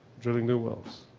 driving new wells?